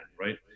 right